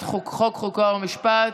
החוקה, חוק ומשפט.